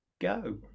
go